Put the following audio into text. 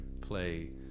play